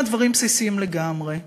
אלה כמה דברים בסיסיים לגמרי.